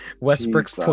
Westbrook's